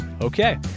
Okay